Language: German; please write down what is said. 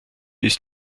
ist